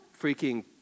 freaking